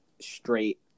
straight